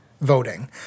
voting